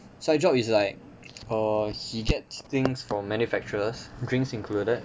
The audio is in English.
side job is like err he gets things from manufacturers drinks included